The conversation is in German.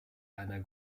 einer